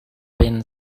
been